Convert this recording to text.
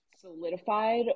solidified